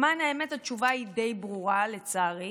למען האמת, התשובה היא די ברורה, לצערי.